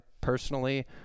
personally